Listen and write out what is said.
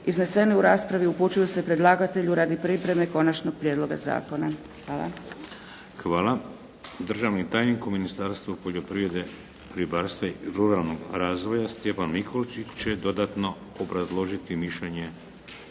izneseni u raspravi upućuju se predlagatelju radi pripreme konačnog prijedloga zakona. Hvala. **Šeks, Vladimir (HDZ)** Hvala. Državni tajnik u Ministarstvu poljoprivrede, ribarstva i ruralnog razvoja, Stjepan Mikolčić će dodatno obrazložiti mišljenje